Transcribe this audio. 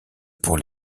pour